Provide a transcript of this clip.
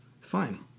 fine